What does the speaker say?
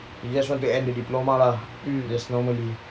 you just want to end the diploma lah there's normally